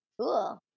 Cool